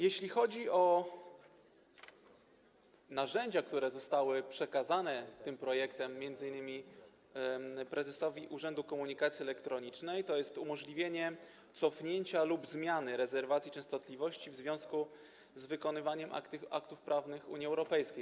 Jeśli chodzi o narzędzia, które zostały przekazane tym projektem m.in. prezesowi Urzędu Komunikacji Elektronicznej, to jest to umożliwienie cofnięcia lub zmiany rezerwacji częstotliwości w związku z wykonywaniem aktów prawnych Unii Europejskiej.